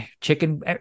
chicken